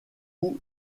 cou